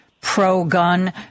pro-gun